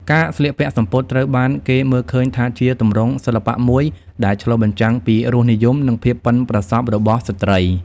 ការស្លៀកពាក់សំពត់ត្រូវបានគេមើលឃើញថាជាទម្រង់សិល្បៈមួយដែលឆ្លុះបញ្ចាំងពីរសនិយម និងភាពប៉ិនប្រសប់របស់ស្ត្រី។